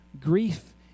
Grief